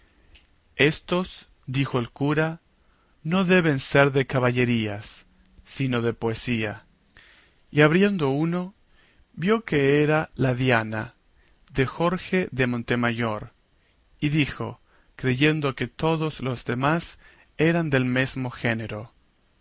éstos dijo el cura no deben de ser de caballerías sino de poesía y abriendo uno vio que era la diana de jorge de montemayor y dijo creyendo que todos los demás eran del mesmo género